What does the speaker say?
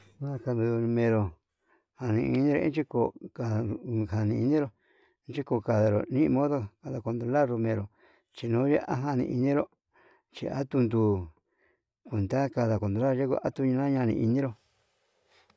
Najan ninumeru jani iñe'e chiko uka ukañi iñinrero yikukaniro ninuu, onro akundularu menuu chinoye ajani inero, chi atundu unda kada kuandura yinguo atuñana anii ineró.